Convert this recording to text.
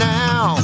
now